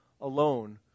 alone